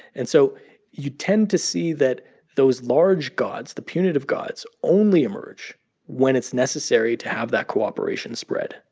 and so you tend to see that those large gods, the punitive gods, only emerge when it's necessary to have that cooperation spread.